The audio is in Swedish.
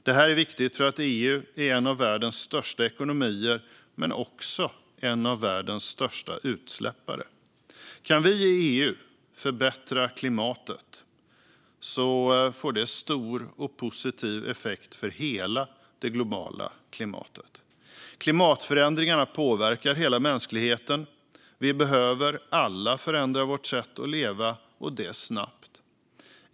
Det här är viktigt för att EU är en av världens största ekonomier men också en av världens största utsläppare. Kan vi i EU förbättra klimatet får det stor och positiv effekt på hela det globala klimatet. Klimatförändringarna påverkar hela mänskligheten. Vi behöver alla förändra vårt sätt att leva och det snabbt.